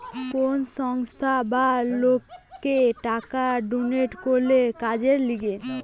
কোন সংস্থা বা লোককে টাকা ডোনেট করলে কাজের লিগে